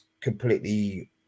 completely